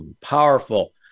Powerful